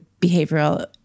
behavioral